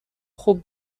خوب